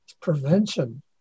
Prevention